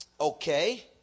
okay